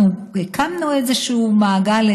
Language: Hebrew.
אנחנו הקמנו איזשהו מעגל,